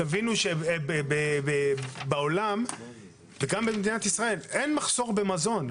תבינו שבעולם ובמדינת ישראל אין מחסור במזון.